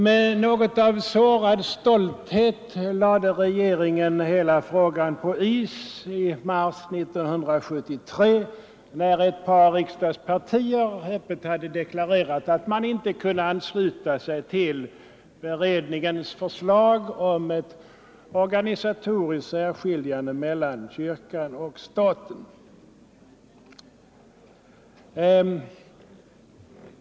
Med något av sårad stolthet lade regeringen hela frågan på is i mars 1973 när ett par riksdagspartier öppet hade deklarerat att de inte kunde ansluta sig till beredningens förslag om ett organisatoriskt särskiljande av kyrkan och staten.